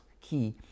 key